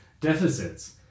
deficits